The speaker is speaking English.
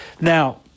Now